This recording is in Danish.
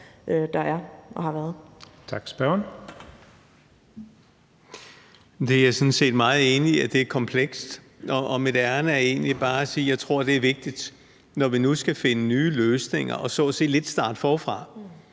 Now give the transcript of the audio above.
Spørgeren. Kl. 12:21 Jakob Sølvhøj (EL): Jeg er sådan set meget enig i, at det er komplekst, og mit ærinde er egentlig bare at sige, at jeg tror, det er vigtigt, at vi, når vi nu skal finde nye løsninger og så at sige lidt starte forfra,